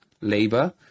labor